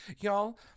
y'all